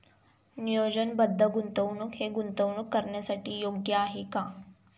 नियोजनबद्ध गुंतवणूक हे गुंतवणूक करण्यासाठी योग्य आहे का?